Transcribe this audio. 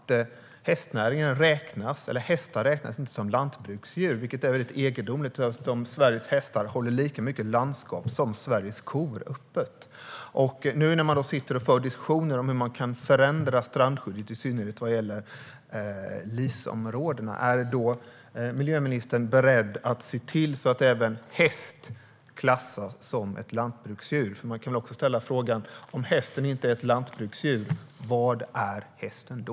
Tyvärr räknas hästar i dag inte som lantbruksdjur, vilket är mycket egendomligt eftersom Sveriges hästar håller landskapet öppet lika mycket som Sveriges kor. När man nu för diskussioner om hur man kan förändra strandskyddet, i synnerhet vad gäller LIS-områdena, undrar jag om miljöministern är beredd att se till att även hästen klassas som ett lantbruksdjur. Jag kan också ställa frågan: Om hästen inte är ett lantbruksdjur, vad är den då?